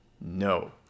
No